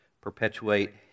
perpetuate